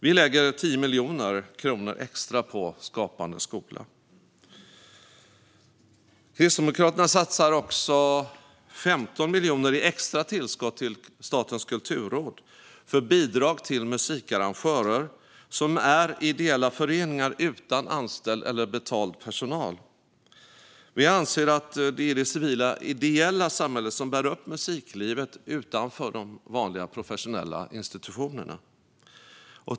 Vi lägger 10 miljoner kronor extra på Skapande skola. Kristdemokraterna satsar också 15 miljoner i extra tillskott till Statens kulturråd för bidrag till musikarrangörer som är ideella föreningar utan anställd eller betald personal. Vi anser att det är det civila ideella samhället som bär upp musiklivet utanför de vanliga professionella institutionerna.